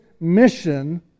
mission